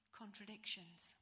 contradictions